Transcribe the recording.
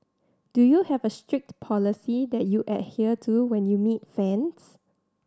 do you have a strict policy that you adhere to when you meet fans